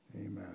Amen